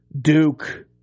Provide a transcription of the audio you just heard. Duke